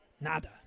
nada